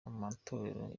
amatorero